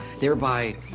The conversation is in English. thereby